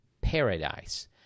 paradise